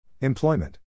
Employment